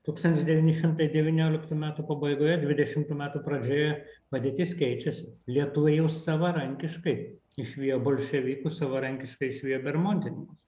tūkstantis devyni šimtai devynioliktų metų pabaigoje dvidešimtų metų pradžioje padėtis keičiasi lietuva jau savarankiškai išvijo bolševikus savarankiškai išvijo bermontininkus